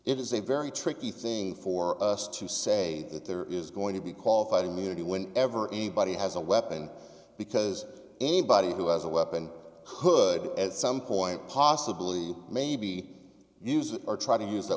it is a very tricky thing for us to say that there is going to be qualified immunity whenever anybody has a weapon because anybody who has a weapon could as some point possibly maybe use it or try to use that